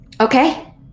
Okay